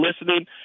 listening